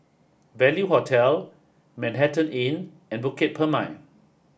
value Hotel Manhattan Inn and Bukit Purmei